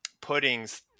puddings